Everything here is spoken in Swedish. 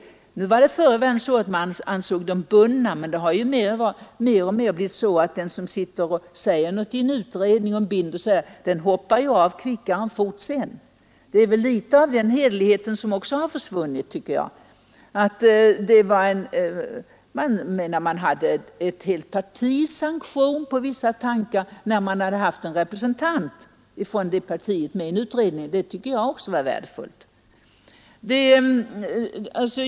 Förr i världen var det så att man ansåg utredningens ledamöter bundna, men det har mer och mer blivit på det sättet att den som säger något i utredningen och binder sig där hoppar av fortare än kvickt sedan. Litet av den hederlighet som tidigare fanns har också försvunnit, tycker jag. Man hade ett helt partis sanktion för vissa tankar när partiet haft en representant med i en utredning — och jag tycker att också det var värdefullt.